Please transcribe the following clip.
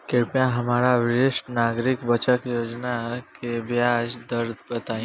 कृपया हमरा वरिष्ठ नागरिक बचत योजना के ब्याज दर बताई